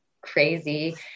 crazy